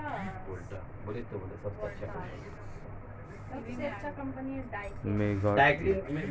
Maggot কি?